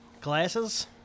Glasses